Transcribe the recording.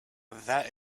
that